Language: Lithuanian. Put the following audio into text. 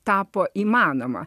tapo įmanoma